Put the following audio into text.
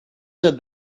said